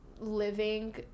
living